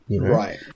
Right